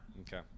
Okay